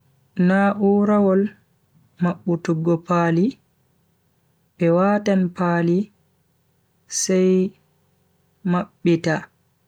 Na'urawol mabbutuggo paali, be watan paali sai mabbita.